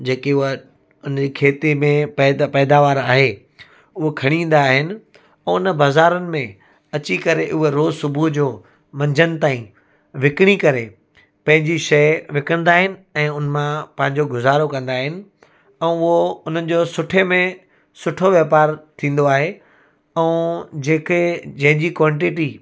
जेकी उहा उन खेतीअ में पैदा पैदावार आहे उहो खणी ईंदा आहिनि ऐं उन बाज़ारुनि में अची करे उहे रोज़ु सुबुह जो मंझंदि ताईं विकिणी करे पंहिंजी शइ विकिणंदा आहिनि ऐं उन मां पंहिंजो गुज़ारो कंदा आहिनि ऐं उहो उन्हनि जो सुठे में सुठो वापारु थींदो आहे ऐं जेके जंहिंजी क्वांटिटी